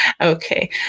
okay